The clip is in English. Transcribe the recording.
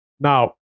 Now